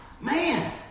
Man